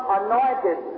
anointed